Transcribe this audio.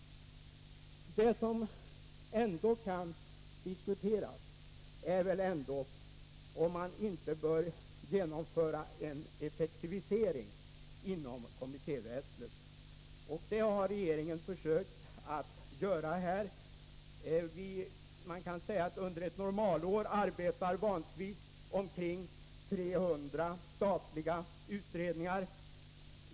Det som ändå kan diskuteras är om man inte bör genomföra en effektivisering inom kommittéväsendet. Det har regeringen försökt göra. Under ett normalår arbetar vanligtvis omkring 300 statliga utredningar.